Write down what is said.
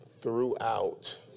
throughout